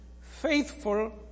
faithful